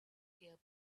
fear